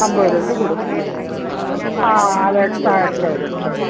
അൻപത് രൂപ വെച്ച് കൂടും ആ അതെ എക്സ്ട്രാ എക്സ്ട്രാ വരും എക്സ്ട്രാ വരും